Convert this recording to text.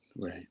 Right